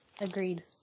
Agreed